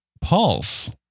Pulse